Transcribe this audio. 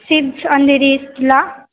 SEEPZ Andheri ईस्टला